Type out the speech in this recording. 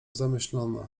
zamyślona